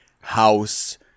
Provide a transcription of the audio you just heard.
house